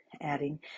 adding